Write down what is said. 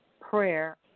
prayer